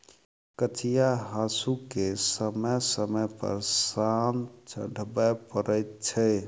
कचिया हासूकेँ समय समय पर सान चढ़बय पड़ैत छै